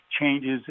changes